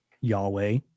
yahweh